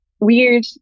weird